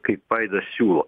kaip vaidas siūlo